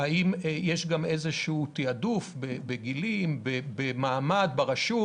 האם יש גם איזשהו תיעדוף בגילים, במעמד ברשות?